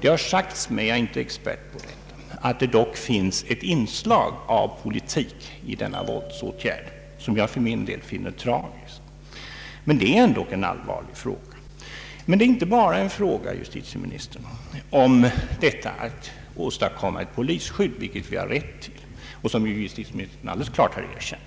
Det har sagts — fast jag är ingen expert i denna fråga — att det också finns inslag av politik i de påtalade våldsåtgärderna i detta sammanhang, vilka jag finner tragiska. Jag vill upprepa. Detta är dock en allvarlig fråga. Det är inte bara, herr justitieminister, fråga om att åstadkomma polisskydd, vilket vi har rätt till; en rätt som justitieministern alldeles klart har erkänt.